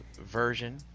version